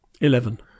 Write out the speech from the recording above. Eleven